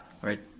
alright,